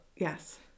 Yes